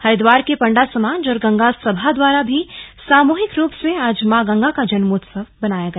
हरिद्वार के पंडा समाज और गंगा सभा द्वारा भी सामूहिक रूप से आज मां गंगा का जन्मोत्सव बनाया गया